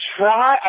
try